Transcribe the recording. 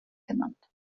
genannt